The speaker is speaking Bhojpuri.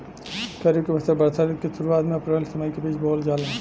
खरीफ के फसल वर्षा ऋतु के शुरुआत में अप्रैल से मई के बीच बोअल जाला